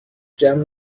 جمع